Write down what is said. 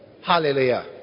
Hallelujah